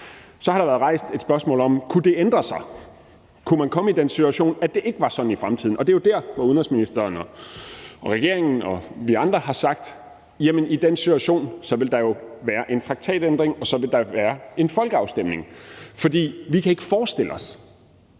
Så har der været rejst et spørgsmål om, om det kunne det ændre sig, om man kunne komme i den situation, at det ikke var sådan i fremtiden. Det er jo der, hvor udenrigsministeren og regeringen og vi andre har sagt: I den situation vil der jo være en traktatændring, og så vil der skulle være en folkeafstemning. Vi kan ikke forestille os,